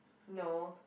no